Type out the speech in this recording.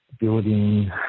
building